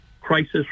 crisis